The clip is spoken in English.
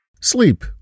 Sleep